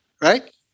right